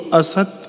asat